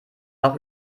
auch